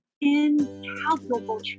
incalculable